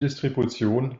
distribution